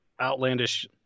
outlandish